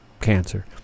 cancer